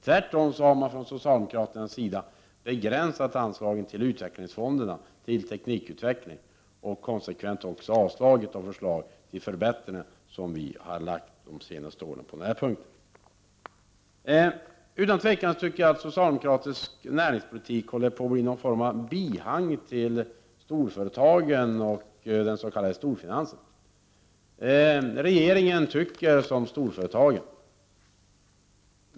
Tvärtom har man från socialdemokraternas sida begränsat anslagen till utvecklingsfonderna, till teknikutveckling, och konsekvent avslagit de förslag till förbättringar som vi har lagt fram de senaste åren på den här punkten. Socialdemokratisk näringspolitik håller utan tvivel på att bli någon form av bihang till storföretagen och den s.k. storfinansen. Regeringen tycker som storföretagen.